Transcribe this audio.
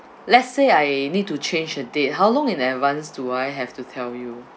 let's say I need to change the date how long in advance do I have to tell you